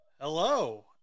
hello